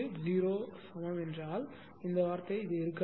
க்கு சமம் என்றால் இந்த வார்த்தை இருக்காது